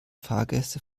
fahrgäste